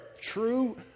true